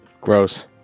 Gross